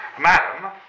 Madam